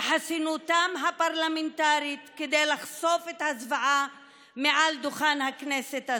בחסינותם הפרלמנטרית כדי לחשוף את הזוועה מעל דוכן הכנסת הזאת.